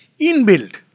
inbuilt